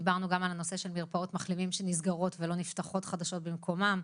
דיברנו גם על הנושא של מרפאות מחלימים שנסגרות ולא נפתחות חדשות במקומן.